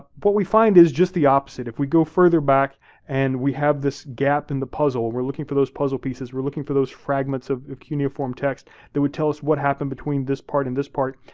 what we find is just the opposite. if we go further back and we have this gap in the puzzle, we're looking for those puzzle pieces, we're looking for those fragments of the cuneiform text that would tell us what happened between this part and this part,